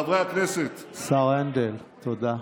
חברי הכנסת, חברי הכנסת, תודה.